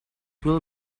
will